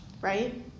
Right